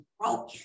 broken